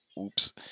Oops